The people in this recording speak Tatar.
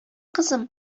кызым